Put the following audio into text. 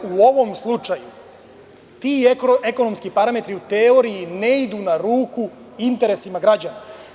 U ovom slučaju, ti ekonomski parametri u teoriji ne idu na ruku interesima građana.